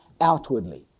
outwardly